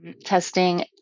testing